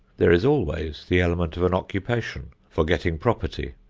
there is always the element of an occupation, for getting property,